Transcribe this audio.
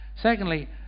secondly